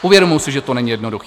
Uvědomuji si, že to není jednoduché.